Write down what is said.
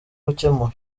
gukemura